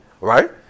right